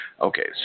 okay